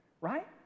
right